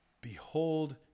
behold